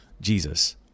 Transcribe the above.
Jesus